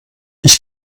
ich